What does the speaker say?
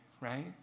right